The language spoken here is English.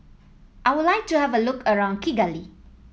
I would like to have a look around Kigali